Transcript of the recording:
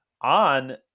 on